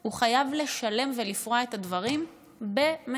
הוא חייב לשלם ולפרוע את הדברים במזומן.